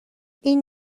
این